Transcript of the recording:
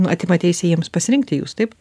atima teisę jiems pasirinkti jus taip